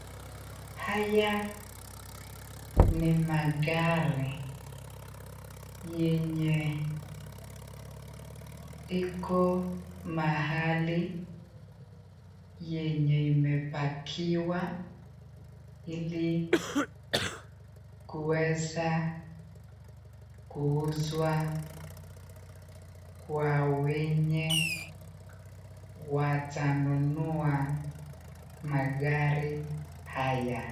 Haya ni magari yenye iko mahali yenye imepakiwa ili kuweza kuuzwa kwa wenye watanunua magari haya.